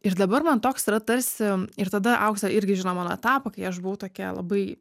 ir dabar man toks yra tarsi ir tada auksė irgi žino mano etapą kai aš buvau tokia labai